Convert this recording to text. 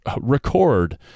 Record